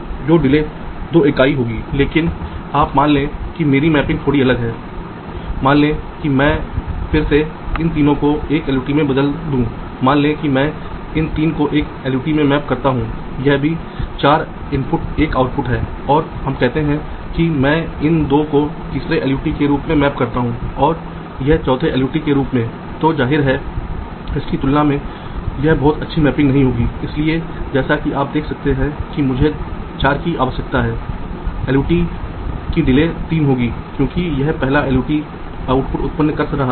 तो तारों के आकार की आवश्यकता होती है आमतौर पर एक रूटिंग समस्या में पावर और ग्राउंड नेट को पहले रूट किया जाता है और उसके बाद बाकी नेट को रूट करते हैं और जैसा कि मैंने कहा कि वे आमतौर पर कम प्रतिरोधकता के कारण पूरी तरह से धातु की परतों पर रखी जाती हैं और जिस चैनल के बारे में मैंने बात की थी जैसे सिग्नल नेट आप बस एक बात समझिये आप चैनल रूटिंग पर सोचते हैं जैसे मतलब मानक सेल पंक्तियों के जोड़े के बीच चैनल